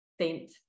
saint